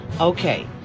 Okay